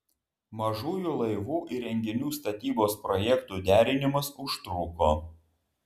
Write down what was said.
mažųjų laivų įrenginių statybos projektų derinimas užtruko